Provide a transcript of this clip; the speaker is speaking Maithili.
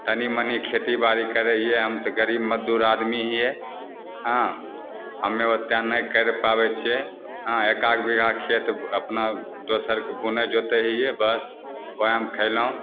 तनि मनि खेतीबाड़ी करैए हम तऽ गरीब मजदूर आदमी हिए हँ हमे ओतेक नहि करि पाबै छिए हँ एकाध बिगहा खेत अपना दोसरके बुनै जोतै हिए बस वएहमे खएलहुँ